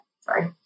Sorry